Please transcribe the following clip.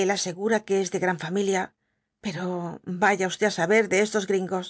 el asegura que es de gran familia pero vaya usted á saber de estos gringos